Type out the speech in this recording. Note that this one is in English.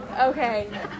Okay